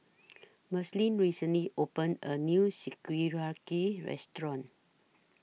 Marceline recently opened A New Sukiyaki Restaurant